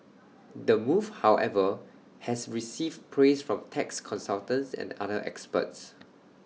the move however has received praise from tax consultants and other experts